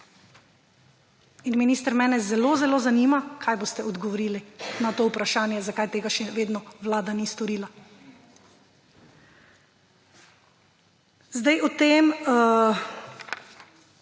In, minister, mene zelo, zelo zanima, kaj boste odgovorili na to vprašanje, zakaj tega še vedno vlada ni storila. Zdaj, o tem,